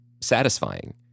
satisfying